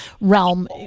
realm